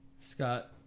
Scott